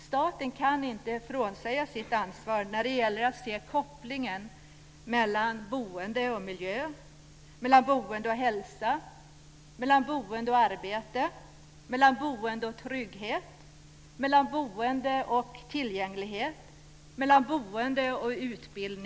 Staten kan inte frånsäga sig sitt ansvar när det gäller att se kopplingen mellan Fru talman!